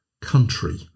country